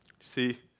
See